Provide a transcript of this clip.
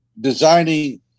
designing